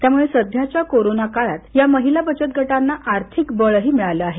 त्यामुळे सध्याच्या कोरोना काळात या महिला बचत गटांना आर्थिक बळही मिळालं आहे